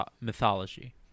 mythology